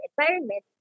environment